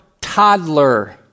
toddler